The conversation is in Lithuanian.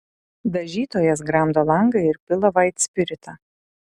dažytojas gramdo langą ir pila vaitspiritą